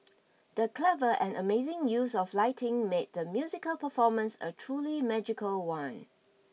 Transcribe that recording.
the clever and amazing use of lighting made the musical performance a truly magical one